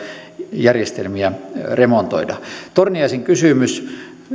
järjestelmiä remontoida torniaisen kysymys